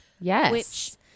Yes